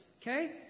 Okay